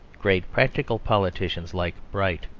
great practical politicians like bright,